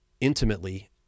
intimately